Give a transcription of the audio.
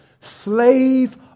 Slave